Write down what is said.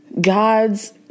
gods